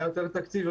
יותר תקציב,